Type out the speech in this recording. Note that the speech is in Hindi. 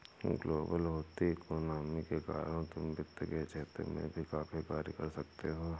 ग्लोबल होती इकोनॉमी के कारण तुम वित्त के क्षेत्र में भी काफी कार्य कर सकते हो